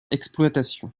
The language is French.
exploitation